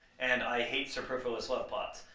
and i hate superfluous love plots.